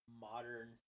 modern